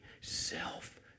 self